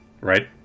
Right